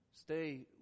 Stay